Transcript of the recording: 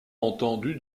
entendu